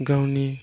गावनि